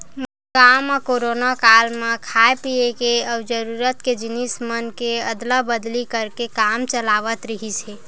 गाँव म कोरोना काल म खाय पिए के अउ जरूरत के जिनिस मन के अदला बदली करके काम चलावत रिहिस हे